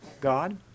God